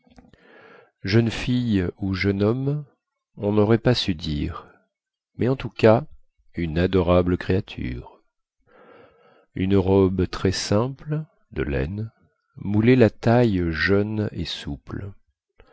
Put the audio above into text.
jeune fille ou jeune femme on naurait pas su dire mais en tout cas une adorable créature une robe très simple de laine moulait la taille jeune et souple